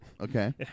Okay